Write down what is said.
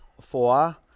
Four